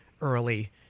early